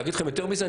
להגיד לכם יותר מזה?